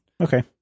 Okay